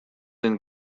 and